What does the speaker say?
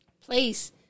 place